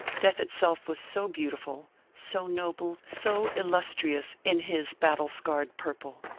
death itself was so beautiful, so noble, so illustrious, in his battle-scarred purple!